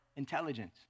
intelligence